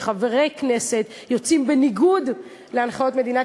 שחברי כנסת יוצאים בניגוד להנחיות מדינת